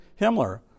Himmler